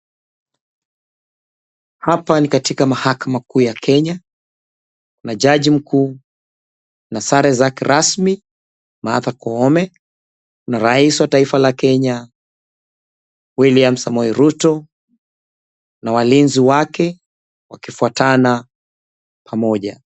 Hapa ni katika mahakama kuu ya Kenya na jaji mkuu na sare zake rasmi Martha Koome na rais wa taifa la kenya Wiliam Samoei Ruto na walinzi wake wakifuatana pamoja .